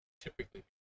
typically